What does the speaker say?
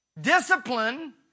Discipline